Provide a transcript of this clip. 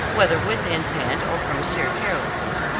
whether with intent or from sheer carelessness,